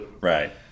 Right